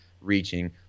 reaching